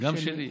גם שלי.